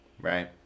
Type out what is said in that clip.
Right